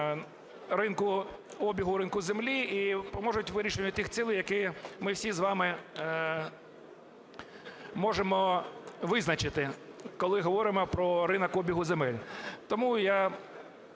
обігу ринку землі і поможуть вирішенню тих цілей, які ми всі з вами можемо визначити, коли говоримо про ринок обігу земель. Тому я